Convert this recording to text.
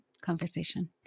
conversation